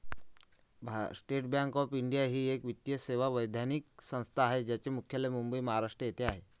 state bank of India ही एक वित्तीय सेवा वैधानिक संस्था आहे ज्याचे मुख्यालय मुंबई, महाराष्ट्र येथे आहे